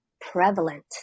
prevalent